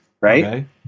right